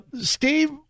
Steve